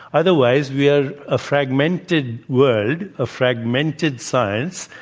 otherwise, we are a fragmented world, a fragmented science,